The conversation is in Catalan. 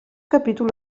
capítol